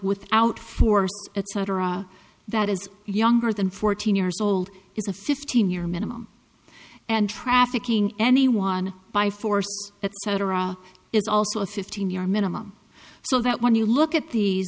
without force etc that is younger than fourteen years old is a fifteen year minimum and trafficking anyone by force etc it's also a fifteen year minimum so that when you look at these